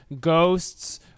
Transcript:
ghosts